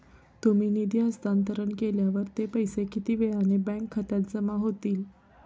तुम्ही निधी हस्तांतरण केल्यावर ते पैसे किती वेळाने बँक खात्यात जमा होतील?